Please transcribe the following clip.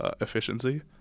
efficiency